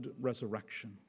resurrection